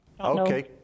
okay